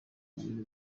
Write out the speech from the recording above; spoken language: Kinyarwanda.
ibintu